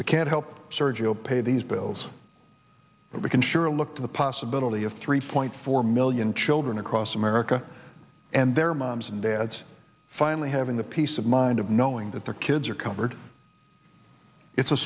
can help sergio pay these bills that we can sure look to the possibility of three point four million children across america and their moms and dads finally having the peace of mind of knowing that their kids are covered it's a